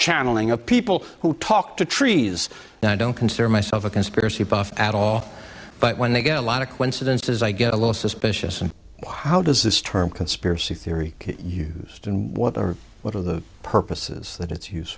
channeling of people who talk to trees and i don't consider myself a conspiracy buff at all but when they get a lot of when students as i get a little suspicious and how does this term conspiracy theory used and what are what are the purposes that it's use